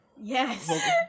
yes